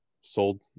sold